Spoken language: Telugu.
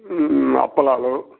అప్పలాలు